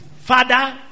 father